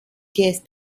guest